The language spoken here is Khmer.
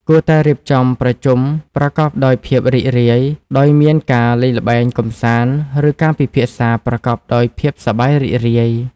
គួរតែរៀបចំប្រជុំប្រកបដោយភាពរីករាយ ដោយមានការលេងល្បែងកម្សាន្ត ឬការពិភាក្សាប្រកបដោយភាពសប្បាយរីករាយ។